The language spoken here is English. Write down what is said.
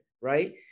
right